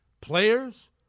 players